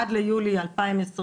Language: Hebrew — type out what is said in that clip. עד ליולי 2021,